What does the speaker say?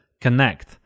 connect